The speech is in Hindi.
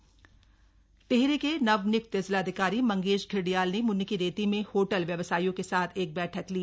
टिहरी जिलाधिकारी टिहरी के नवनियुक्त जिलाधिकारी मंगेश घिल्डियाल ने मुनि की रेती में होटल व्यवसायियों के साथ एक बैठक ली